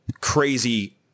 crazy